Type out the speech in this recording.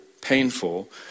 painful